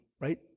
right